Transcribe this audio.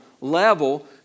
level